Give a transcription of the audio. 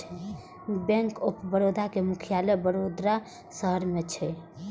bank of Baroda के मुख्यालय वडोदरा शहर मे छै